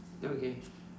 ya okay